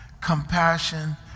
Compassion